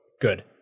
good